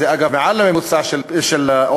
וזה אגב מעל הממוצע של ה-OECD,